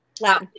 Wow